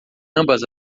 ambas